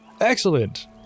Excellent